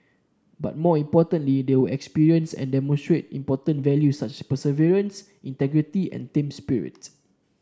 but more importantly they will experience and demonstrate important values such perseverance integrity and team spirit